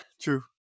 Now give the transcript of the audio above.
true